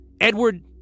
Edward